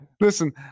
Listen